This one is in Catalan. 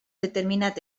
determinat